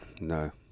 No